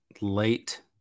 late